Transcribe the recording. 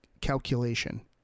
calculation